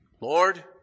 Lord